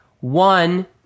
One